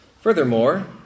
Furthermore